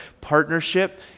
partnership